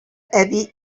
әби